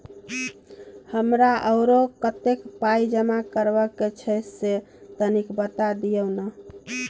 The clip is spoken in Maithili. हमरा आरो कत्ते पाई जमा करबा के छै से तनी बता दिय न?